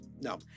No